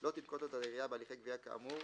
לא תנקוט עוד העיריה בהליכי גביה כאמור,